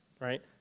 right